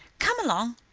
come along.